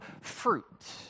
fruit